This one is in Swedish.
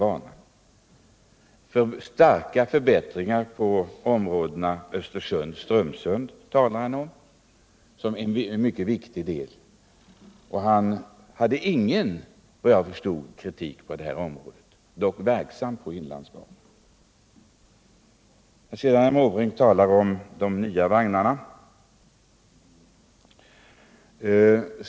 Han nämnde stora förbättringar på sträckan Östersund-Strömsund som något mycket viktigt, och han hade vad jag förstod ingen kritik på det här området. Och han är dock verksam på inlandsbanan. Herr Måbrink talar om de nya vagnarna.